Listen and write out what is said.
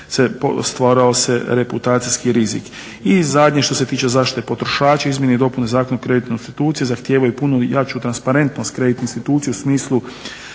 stvarao reputacijski rizik. I zadnje što se tiče zaštite potrošača, izmjene i dopune Zakona o kreditnim institucijama zahtijevaju punu i jaču transparentnost kreditne institucije u smislu